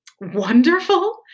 wonderful